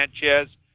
Sanchez